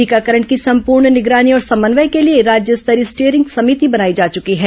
टीकाकरण की संपूर्ण निगरानी और समन्वय के लिए राज्य स्तरीय स्टीयरिंग समिति बनाई जा चुकी है